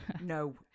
No